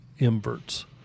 inverts